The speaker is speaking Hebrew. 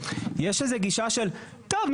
יש איזה גישה של 'טוב,